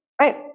right